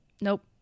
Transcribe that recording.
Nope